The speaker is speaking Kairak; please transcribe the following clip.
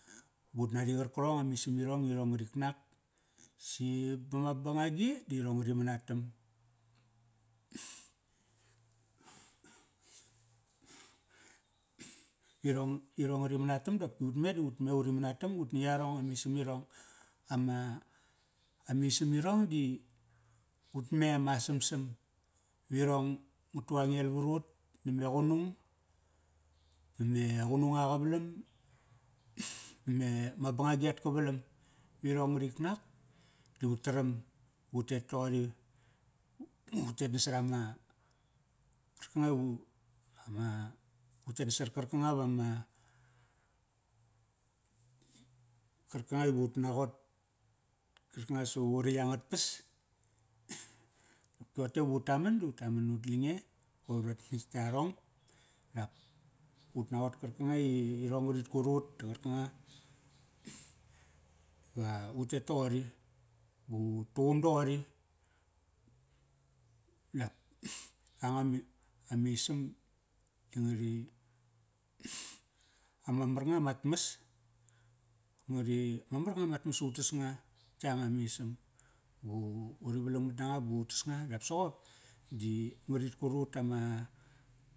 ba ut nari qarkarong a misam irong i irong ngarik nak. Si ba ma bangagi di irong ngari manatam. irong, iorng ngari manatam, ut ni yarong a misam irong Ama, a misam irong di ut mem a samsam. Virong nga tu a ngel varut name qunung ba me qunung a qavalam, ba me ma bangagi at kavalam. Irong ngarik na di u taram utet toqori. Utet nasarama, karkanga i vu, ama, utet nasat karkanga va ma, karkanga i vut naqot. Karkanga iva sav uritk angat pas, dote vu taman du taman nut lange. Ba qoir urat mes yarong. Dap ut naqot karkanga i irong ngarit qur ut ta qarkanga va u tet toqori. Ba ut tuqum doqori. Dak. anga a misam da ngari ama mar nga mat mas. Ngari, ma mar nga mat mas utas nga, yanga misam. Ba uri valangmat nanga butas nga dap soqop di ngarit kurut tama.